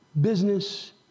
business